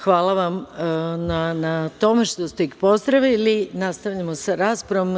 Hvala vam na tome što ste ih pozdravili i sada nastavljamo sa raspravom.